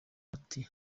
ati